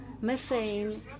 Methane